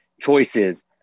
choices